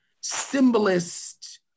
symbolist